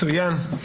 מצוין.